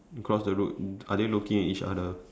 across the road are they looking at each other